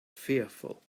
fearful